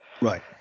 right